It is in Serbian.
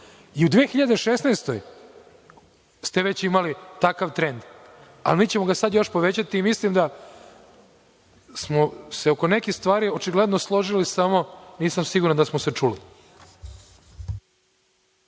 i u 2016. godini ste već imali takav trend, ali mi ćemo ga sada još povećati. Mislim da smo se oko nekih stvari očigledno složili, samo nisam siguran da smo se čuli.